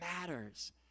matters